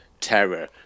terror